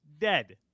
dead